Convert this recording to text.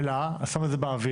שאלה, אני שם את הזה באוויר.